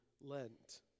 Lent